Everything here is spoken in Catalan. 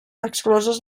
excloses